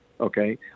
Okay